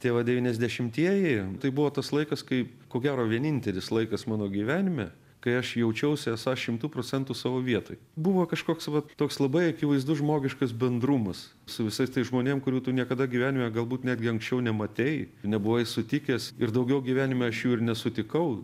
tie va devyniasdešimtieji tai buvo tas laikas kai ko gero vienintelis laikas mano gyvenime kai aš jaučiausi esąs šimtu procentų savo vietoj buvo kažkoks vat toks labai akivaizdus žmogiškas bendrumas su visais tais žmonėm kurių tu niekada gyvenime galbūt netgi anksčiau nematei tu nebuvai sutikęs ir daugiau gyvenime aš jų ir nesutikau